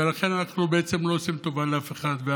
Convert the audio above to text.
ולכן אנחנו בעצם לא עושים טובה לאף אחד.